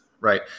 right